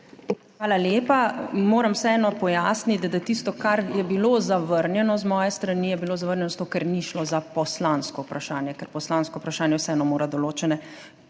Hvala lepa. Moram vseeno pojasniti, da tisto, kar je bilo zavrnjeno z moje strani, je bilo zavrnjeno zato, ker ni šlo za poslansko vprašanje. Ker poslansko vprašanje vseeno mora določene